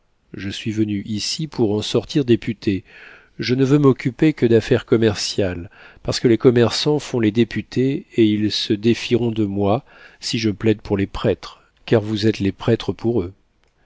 je suis venu ici pour en sortir député je ne veux m'occuper que d'affaires commerciales parce que les commerçants font les députés et ils se défieront de moi si je plaide pour les prêtres car vous êtes les prêtres pour eux